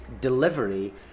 delivery